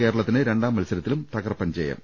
കേരളത്തിന് രണ്ടാം മത്സരത്തിലും തകർപ്പൻജയം